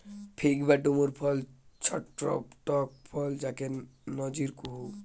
fig বা ডুমুর ফল ছট্ট টক ফল যাকে নজির কুহু